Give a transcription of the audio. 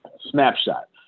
Snapshot